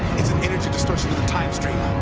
it's an energy distortion of the time stream.